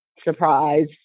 surprise